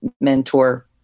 mentor